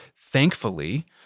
thankfully